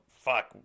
fuck